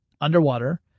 underwater